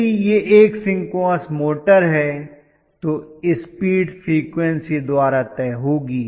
यदि यह एक सिंक्रोनस मोटर है तो स्पीड फ्रीक्वेंसी द्वारा तय होगी